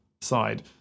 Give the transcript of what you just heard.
side